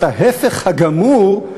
את ההפך הגמור,